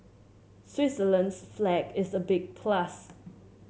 Switzerland's flag is the big plus